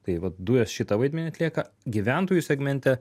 tai vat dujos šitą vaidmenį atlieka gyventojų segmente